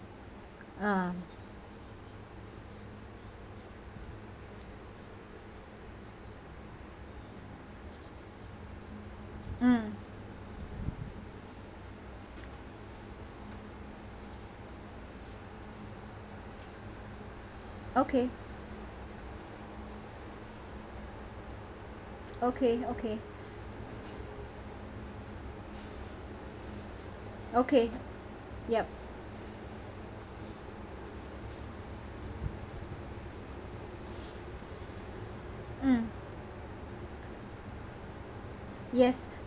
uh mm okay okay okay okay yup mm yes